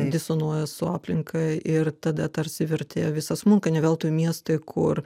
disonuoja su aplinka ir tada tarsi vertė visa smunka ne veltui miestai kur